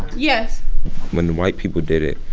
yes when the white people did it,